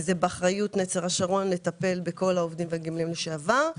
זה באחריות "נצר השרון" לטפל בכל העובדים והגמלאים לשעבר.